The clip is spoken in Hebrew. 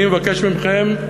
אני מבקש מכם,